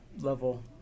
level